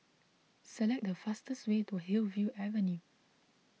select the fastest way to Hillview Avenue